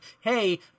Hey